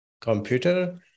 computer